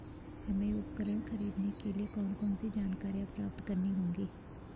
हमें उपकरण खरीदने के लिए कौन कौन सी जानकारियां प्राप्त करनी होगी?